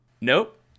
Nope